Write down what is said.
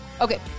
Okay